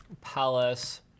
Palace